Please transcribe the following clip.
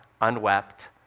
unwept